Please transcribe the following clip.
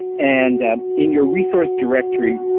and in your resource directory,